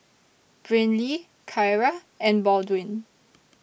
Brynlee Kyra and Baldwin